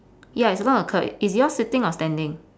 yes along the curb is yours sitting or standing